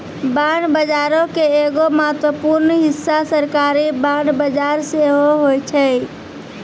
bond बजारो के एगो महत्वपूर्ण हिस्सा सरकारी बांड बजार सेहो होय छै